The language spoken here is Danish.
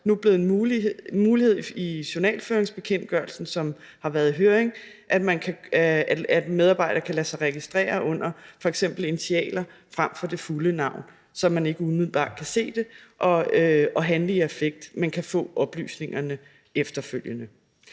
også nu blevet en mulighed i journalføringsbekendtgørelsen, som har været i høring, at en medarbejder kan lade sig registrere under f.eks. initialer frem for det fulde navn, så man ikke umiddelbart kan se det og handler i affekt. Man kan få oplysningerne efterfølgende.